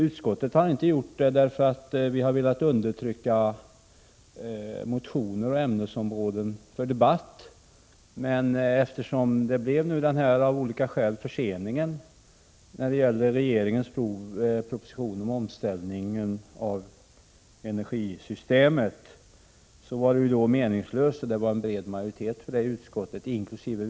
Utskottet har inte gjort det därför att vi har velat undertrycka motioner eller debatter om andra ämnesområden. Men eftersom regeringens proposition om omställningen av energisystemet av olika skäl blev försenad, ansåg en bred majoritet i utskottet, inkl.